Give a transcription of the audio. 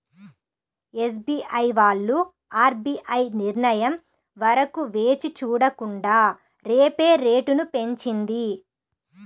SBI వాళ్ళు RBI నిర్ణయం వరకు వేచి చూడకుండా రెపో రేటును పెంచింది